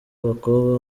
abakobwa